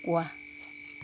वाह